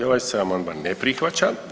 I ovaj se amandman ne prihvaća.